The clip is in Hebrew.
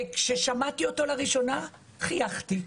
כששמעתי אותו לראשונה חייכתי.